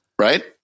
right